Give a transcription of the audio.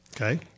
Okay